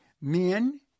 men